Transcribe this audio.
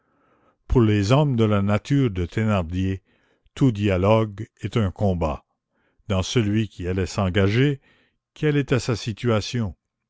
pour les hommes de la nature de thénardier tout dialogue est un combat dans celui qui allait s'engager quelle était sa situation